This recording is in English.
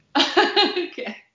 Okay